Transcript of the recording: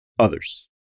others